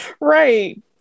Right